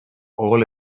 all